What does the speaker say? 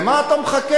למה אתה מחכה?